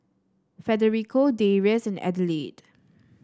Federico Darrius and Adelaide